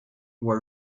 who